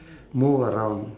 move around